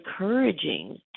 encouraging